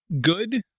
good